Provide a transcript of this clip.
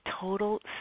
total